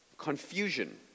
Confusion